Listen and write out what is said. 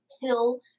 pill